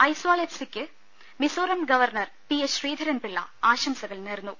Aizawl F സിക്ക് Mizoram governor P S Sreedharan Pillai ആശംസകൾ നേർന്നു